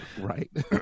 Right